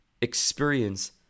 experience